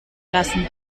lassen